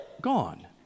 gone